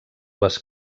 les